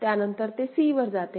त्यांनतर ते c वर जाते